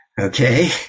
okay